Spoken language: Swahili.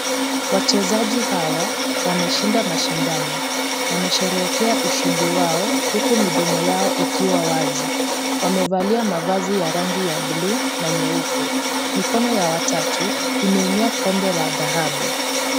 Wachezaji hawa, wameshinda mashindano. Wanasherehekea ushindi wao huku midomo yao ikiwa wazi. Wamevalia mavazi ya rangi ya blue na nyeupe. Mikono ya watatu imeinua kombe la dhahabu.